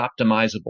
optimizable